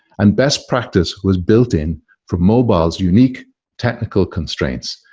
and best practice was built in for mobile's unique technical constraints.